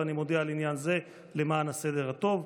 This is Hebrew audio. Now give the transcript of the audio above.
ואני מודיע על עניין זה למען הסדר הטוב.